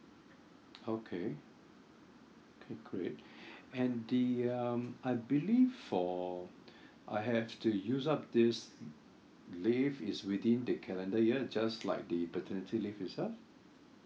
okay okay great and the um I believe for I have to use up this leave is within the calendar year just like the paternity leave itself